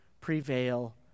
prevail